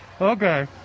Okay